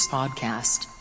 Podcast